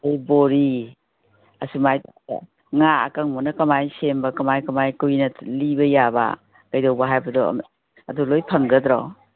ꯑꯗꯩ ꯕꯣꯔꯤ ꯑꯁꯨꯃꯥꯏ ꯉꯥ ꯑꯀꯪꯕ ꯀꯃꯥꯏ ꯁꯦꯝꯕ ꯀꯃꯥꯏ ꯀꯃꯥꯏ ꯀꯨꯏꯅ ꯂꯤꯕ ꯌꯥꯕ ꯀꯩꯗꯧꯕ ꯍꯥꯏꯕꯗꯣ ꯑꯗꯨ ꯂꯣꯏ ꯐꯪꯒꯗ꯭ꯔꯣ